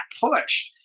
push